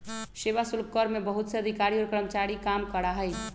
सेवा शुल्क कर में बहुत से अधिकारी और कर्मचारी काम करा हई